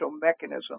mechanism